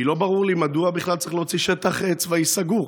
כי לא ברור לי מדוע בכלל צריך להוציא שטח צבאי סגור.